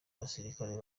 abasirikare